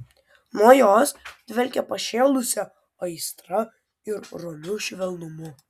nuo jos dvelkė pašėlusia aistra ir romiu švelnumu